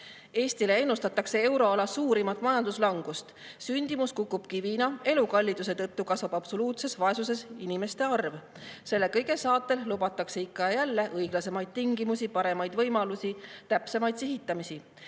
Eestile ennustatakse euroala suurimat majanduslangust, sündimus kukub kivina, elukalliduse tõttu kasvab absoluutses vaesuses olevate inimeste arv. Selle kõige saatel lubatakse ikka ja jälle õiglasemaid tingimusi, paremaid võimalusi, täpsemaid sihitamisi.